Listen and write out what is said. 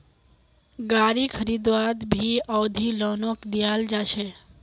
गारी खरीदवात भी अवधि लोनक दियाल जा छे